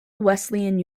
wesleyan